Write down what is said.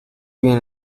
viven